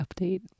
update